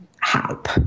help